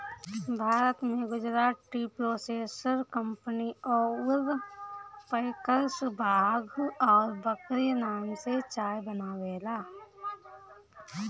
भारत में Gujarat tea processors company अउर packers बाघ और बकरी नाम से चाय बनावेला